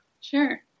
Sure